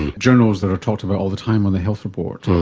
journals that are talked about all the time on the health report,